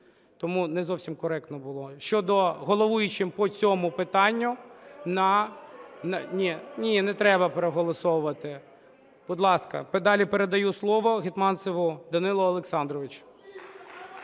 Тому не зовсім коректно було. Головуючим по цьому питанню на… (Шум у залі) Ні, не треба переголосовувати. Будь ласка, далі передаю слово Гетманцеву Данилу Олександровичу.